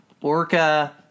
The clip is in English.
Orca